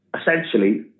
essentially